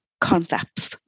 concepts